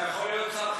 אתה יכול להיות שר חינוך.